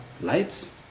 lights